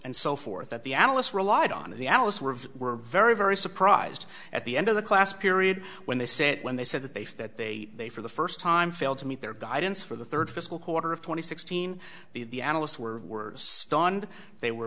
and so forth that the analysts relied on the analysts were of were very very surprised at the end of the class period when they said when they said that they said that they they for the first time failed to meet their guidance for the third fiscal quarter of twenty sixteen the analysts were stunned they were